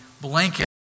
blanket